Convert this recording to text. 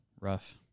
Rough